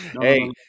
Hey